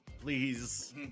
Please